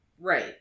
Right